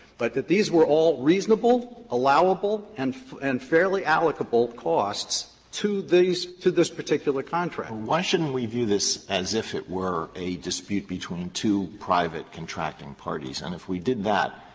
but that these were all reasonable, allowable, and and fairly allocable costs to these to this particular contract. alito and why shouldn't we view this as if it were a dispute between two private contracting parties? and if we did that,